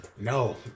No